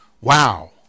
Wow